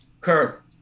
Kirk